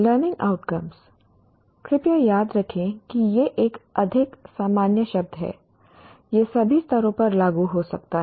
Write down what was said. learning outcomes कृपया याद रखें कि यह एक अधिक सामान्य शब्द है यह सभी स्तरों पर लागू हो सकता है